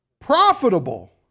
Profitable